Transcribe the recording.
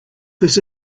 this